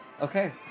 Okay